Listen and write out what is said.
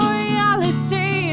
reality